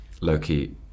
Loki